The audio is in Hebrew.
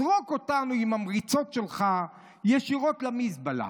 זרוק אותנו עם המריצות שלך ישירות למזבלה.